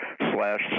slash